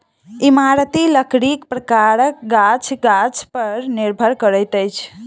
इमारती लकड़ीक प्रकार गाछ गाछ पर निर्भर करैत अछि